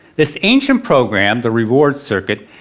this ancient programme, the reward circuit,